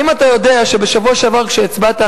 האם אתה יודע שבשבוע שעבר כשהצבעת,